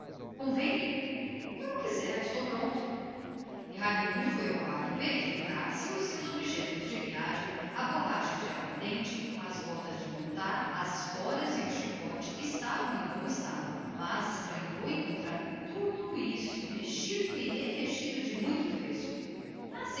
sábado convém lhe como quiser estou pronto e daí a pouco raimundo foi ao quarto verificar se os seus pertences de viagens a borracha de aguardente as botas de montar as esporas e o chicote achavam-se em bom estado de servir estranhou encontrar tudo isso mexido e remexido de muito fresco como